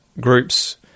groups